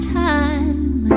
time